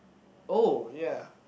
oh ya